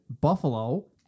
Buffalo